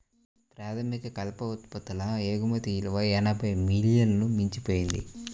ప్రాథమిక కలప ఉత్పత్తుల ఎగుమతి విలువ ఎనభై మిలియన్లను మించిపోయింది